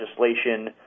legislation